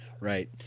Right